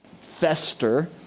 fester